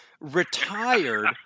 retired